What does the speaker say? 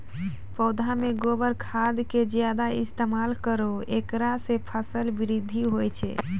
पौधा मे गोबर खाद के ज्यादा इस्तेमाल करौ ऐकरा से फसल बृद्धि होय छै?